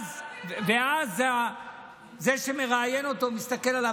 ואז זה שמראיין אותו מסתכל עליו,